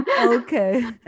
Okay